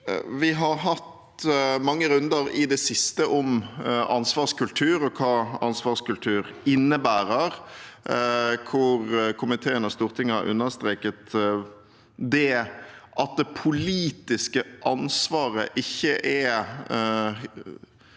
Vi har hatt mange runder i det siste om ansvarskultur og hva ansvarskultur innebærer, hvor komiteen og Stortinget har understreket at det politiske ansvaret ikke